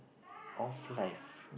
of life